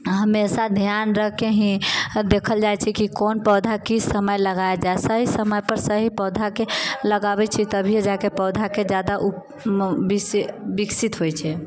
हमेशा ध्यान रख कर ही सभ देखल जाइत छै कि कोन पौधा किस समय लगाएल जाए समय पर सही पौधाके लगाबैत छियै तभिए जाकऽ पौधाके जादा विशेष विकसित होइत छै